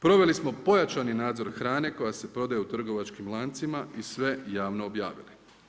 Proveli smo pojačani nadzor hrane koja se prodaje u trgovačkim lancima i sve javno objavili.